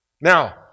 Now